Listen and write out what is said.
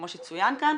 כמו שצוין כאן,